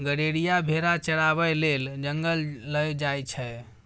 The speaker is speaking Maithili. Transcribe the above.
गरेरिया भेरा चराबै लेल जंगल लए जाइ छै